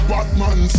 Batman